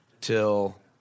till